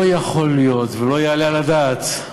לא יכול להיות ולא יעלה על הדעת,